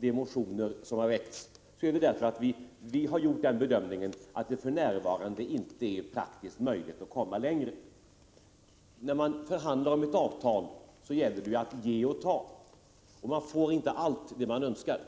de motioner som har väckts beror på att vi har gjort den bedömningen att det för närvarande inte är praktiskt möjligt att komma längre. När man förhandlar om ett avtal gäller det att ge och ta, och man får inte allt det man önskar.